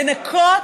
לנקות